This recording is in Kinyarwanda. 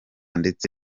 ndetse